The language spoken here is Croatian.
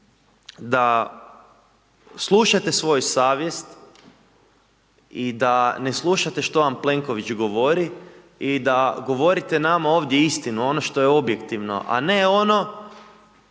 da slušate svoju savjest i da ne slušate što vam Plenković govori i da govorite nama ovdje istinu, ono što je objektivno, a ne ono